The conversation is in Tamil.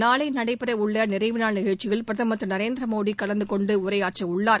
நாளை நடைபெறவுள்ள நிறைவுநாள் நிகழ்ச்சியில் பிரதமர் திரு நரேந்திர மோடி கலந்து கொண்டு உரையாற்றவுள்ளார்